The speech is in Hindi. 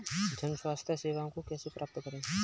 जन स्वास्थ्य सेवाओं को कैसे प्राप्त करें?